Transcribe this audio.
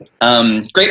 Great